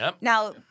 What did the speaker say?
now